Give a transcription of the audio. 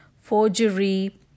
forgery